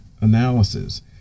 analysis